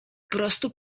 prostu